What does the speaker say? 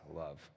love